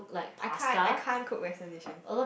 I can't I can't cook Western dishes